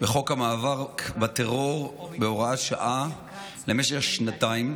בחוק המאבק בטרור בהוראת שעה למשך שנתיים,